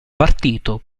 partito